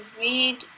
read